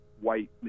white